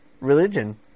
religion